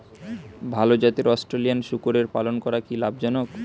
ভাল জাতের অস্ট্রেলিয়ান শূকরের পালন করা কী লাভ জনক?